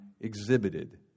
exhibited